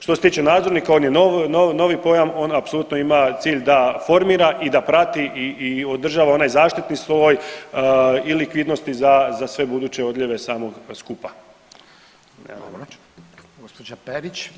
Što se tiče nadzornika on je novi pojam, on apsolutno ima cilj da formira i da prati i održava onaj zaštitni sloj i likvidnosti za sve buduće odljeve samog skupa.